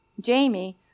Jamie